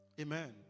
Amen